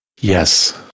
Yes